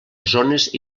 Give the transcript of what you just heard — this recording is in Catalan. zones